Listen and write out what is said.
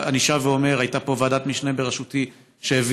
אני שב ואומר: הייתה פה ועדת משנה בראשותי שהביאה